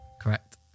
Correct